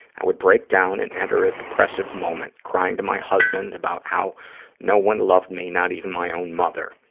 i would break down and enter a depressive moment, crying to my husband about how no one loved me, not even my own mother.